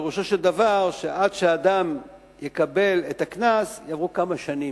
פירושו של דבר שעד שאדם יקבל את הקנס יעברו כמה שנים,